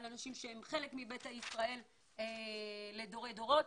על אנשים שהם חלק מביתא ישראל מדורי דורות.